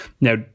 Now